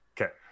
Okay